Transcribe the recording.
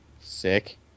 sick